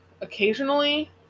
occasionally